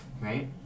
right